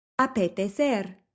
Apetecer